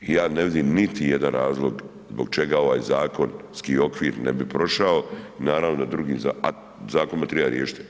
I ja ne vidim niti jedan zakon zbog čega ovaj zakonski okvir ne bi prošao i naravno da drugim, a zakonom treba riješiti.